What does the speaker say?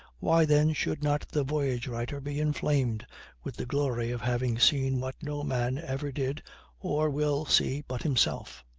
why then should not the voyage-writer be inflamed with the glory of having seen what no man ever did or will see but himself?